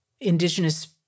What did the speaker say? indigenous